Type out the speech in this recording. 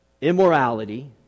Immorality